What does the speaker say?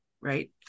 right